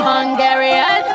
Hungarian